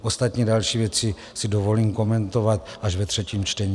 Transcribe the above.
Ostatně další věci si dovolím komentovat až ve třetím čtení.